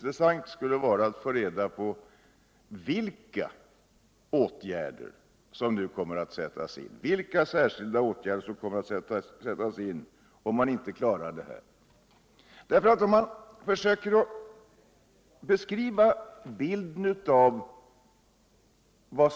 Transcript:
Det skulle vara intressant att få veta vilka särskilda åtgärder som kommer att sättas in, om man inte klarar svårigheterna.